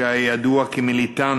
שהיה ידוע כמיליטנט,